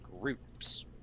groups